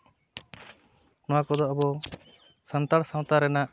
ᱱᱚᱣᱟ ᱠᱚᱫᱚ ᱟᱵᱚ ᱥᱟᱱᱛᱟᱲ ᱥᱟᱶᱛᱟ ᱨᱮᱱᱟᱜ